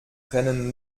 brennen